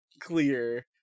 clear